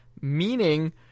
meaning